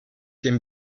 den